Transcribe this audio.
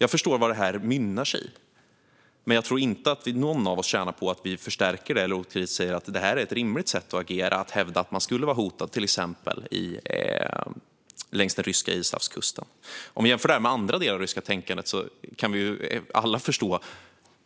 Jag förstår varifrån detta kommer, men jag tror inte att någon av oss tjänar på att vi förstärker det eller säger att det är ett rimligt sätt att agera att hävda att man skulle vara hotad till exempel längs den ryska ishavskusten. Låt oss jämföra detta med andra delar av det ryska tänkandet. Vi kan alla förstå